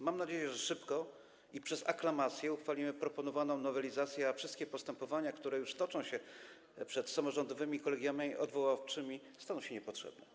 Mam nadzieję, że szybko i przez aklamację uchwalimy proponowaną nowelizację, a wszystkie postępowania, które już toczą się przed samorządowymi kolegiami odwoławczymi, staną się niepotrzebne.